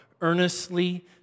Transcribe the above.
Earnestly